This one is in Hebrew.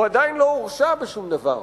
הוא עדיין לא הורשע בשום דבר,